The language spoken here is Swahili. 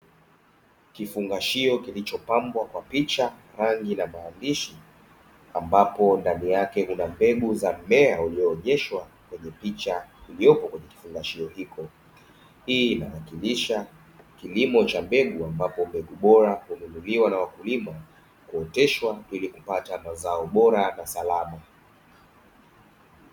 Kifungashio kilichopambwa kwa picha, rangi na maandishi ambapo ndani yake kuna mbegu za mmea ulioonyeshwa kwenye picha iliyopo kwenye kifungashio hiko. Hii inayakinisha kilimo cha mbegu ambapo mbegu bora hununuliwa na wakulima kuoteshwa, ili kupata mazao bora na salama.